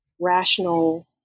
rational